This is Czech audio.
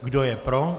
Kdo je pro?